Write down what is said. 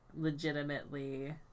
legitimately